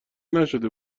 نشده